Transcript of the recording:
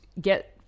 get